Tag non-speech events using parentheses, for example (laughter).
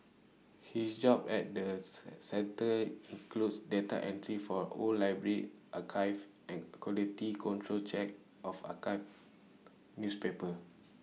his job at the (unintelligible) centre includes data entry for old library archives and quality control checks of archived newspapers